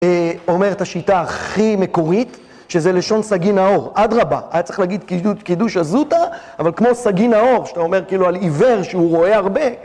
אומרת השיטה הכי מקורית, שזה לשון סגין האור, אדרבה, היה צריך להגיד קידושה זוטה, אבל כמו סגין האור, שאתה אומר כאילו על עיוור שהוא רואה הרבה.